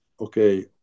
okay